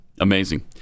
Amazing